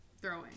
throwing